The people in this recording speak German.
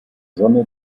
sonne